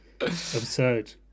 absurd